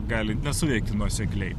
gali nesuveikti nuosekliai